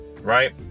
right